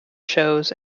shows